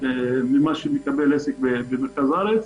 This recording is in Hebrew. ממה שמקבל עסק במרכז הארץ.